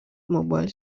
mobile